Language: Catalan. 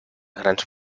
grans